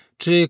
czy